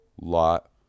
lot